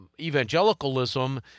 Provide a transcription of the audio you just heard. evangelicalism